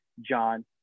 john